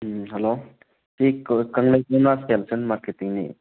hello ꯁꯤ ꯀꯪꯂꯩ ꯁꯅꯥ ꯃꯥꯔꯀꯦꯇꯤꯡꯅꯦ